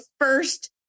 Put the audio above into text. first